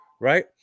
right